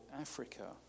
Africa